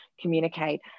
communicate